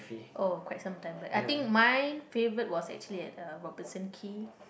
oh I sometime but I think my favorite was actually at the Robertson-Quay